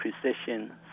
precision